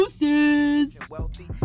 Wealthy